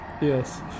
Yes